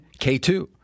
K2